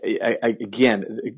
again